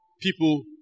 people